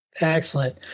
Excellent